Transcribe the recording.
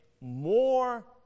more